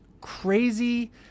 crazy